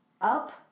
Up